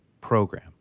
program